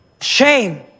shame